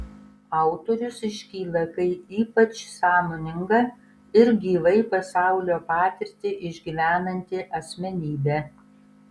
autorius iškyla kaip ypač sąmoninga ir gyvai pasaulio patirtį išgyvenanti asmenybė